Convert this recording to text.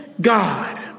God